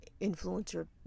influencer